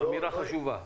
אמירה חשובה.